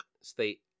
State